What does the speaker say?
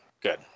good